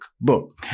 book